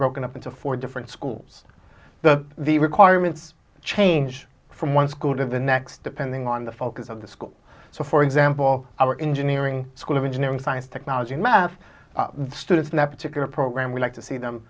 broken up into four different schools the the requirements change from one school to the next depending on the focus of the school so for example our engineering school of engineering science technology and math students in that particular program we like to see them